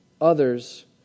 Others